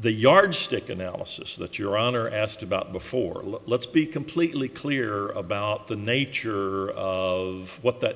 the yardstick analysis that your honor asked about before let's be completely clear about the nature of what that